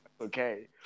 okay